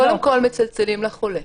קודם כול מצלצלים לחולה.